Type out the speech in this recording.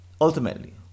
Ultimately